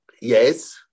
yes